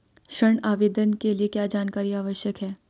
ऋण आवेदन के लिए क्या जानकारी आवश्यक है?